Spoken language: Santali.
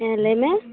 ᱦᱮᱸ ᱞᱟᱹᱭᱢᱮ